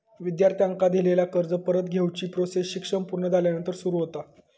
विद्यार्थ्यांका दिलेला कर्ज परत घेवची प्रोसेस शिक्षण पुर्ण झाल्यानंतर सुरू होता